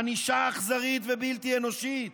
ענישה אכזרית ובלתי אנושית,